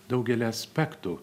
daugeliu aspektų